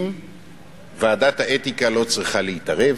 האם ועדת האתיקה לא צריכה להתערב?